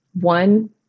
one